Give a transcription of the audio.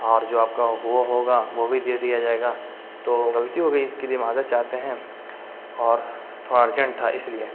اور جو آپ کا ہوا ہوگا وہ بھی دے دیا جائے گا تو غلطی ہو گئی اس کے لیے معذرت چاہتے ہیں اور تھوڑا ارجینٹ تھا اس لیے